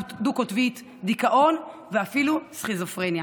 הפרעה דו-קוטבית, דיכאון ואפילו סכיזופרניה.